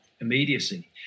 immediacy